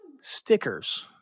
stickers